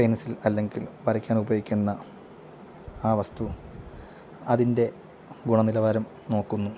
pencil അല്ലെങ്കിൽ വരയ്ക്കാൻ ഉപയോഗിക്കുന്ന ആ വസ്തു അതിൻ്റെ ഗുണനിലവാരം നോക്കുന്നു